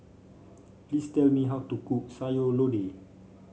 please tell me how to cook Sayur Lodeh